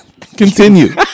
Continue